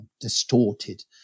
distorted